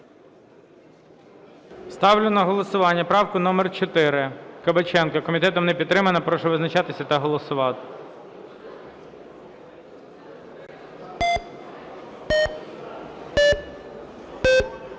Ставлю на голосування правку номер 4 Кабаченка. Комітетом не підтримана. Прошу визначатись та голосувати.